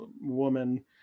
woman